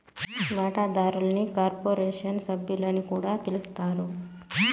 వాటాదారుల్ని కార్పొరేషన్ సభ్యులని కూడా పిలస్తారు